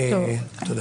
תודה.